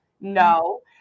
no